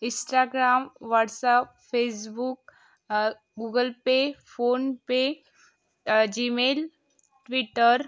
Instagram WhatsApp Facebook Google Pay PhonePe Gmail Twitter